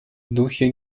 духе